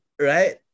Right